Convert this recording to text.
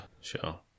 Sure